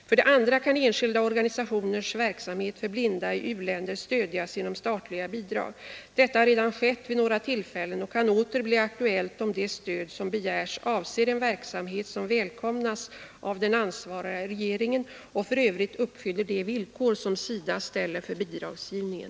För det andra kan enskilda organisationers verksamhet för blinda i u-länder stödjas genom statliga bidrag. Detta har redan skett vid några tillfällen och kan åter bli aktuellt om det stöd som begärs avser en verksamhet som välkomnas av den ansvariga regeringen och för övrigt uppfyller de villkor som SIDA ställer för bidragsgivningen.